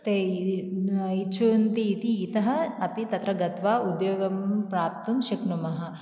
ते इच्छन्ति इति इतः अपि तत्र गत्वा उद्योगं प्राप्तुं शक्नुमः